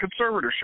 conservatorship